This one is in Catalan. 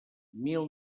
mil